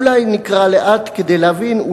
ואולי נקרא לאט כדי להבין,